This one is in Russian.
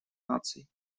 наций